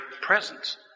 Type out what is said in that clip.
presence